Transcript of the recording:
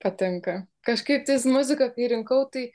patinka kažkaip tais muziką kai rinkau tai